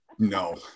no